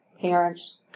parents